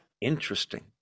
interesting